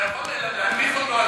אתה יכול להנמיך אותו,